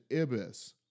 ibis